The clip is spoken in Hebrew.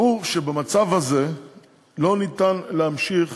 ברור שבמצב הזה לא ניתן להמשיך